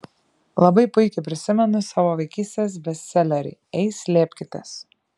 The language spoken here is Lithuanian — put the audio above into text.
labai puikiai prisimenu savo vaikystės bestselerį ei slėpkitės